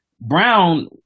Brown